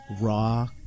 raw